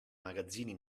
magazzini